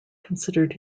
considered